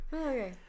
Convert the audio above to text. Okay